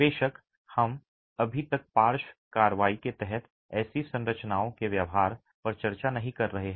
बेशक हम अभी तक पार्श्व कार्रवाई के तहत ऐसी संरचनाओं के व्यवहार पर चर्चा नहीं कर रहे हैं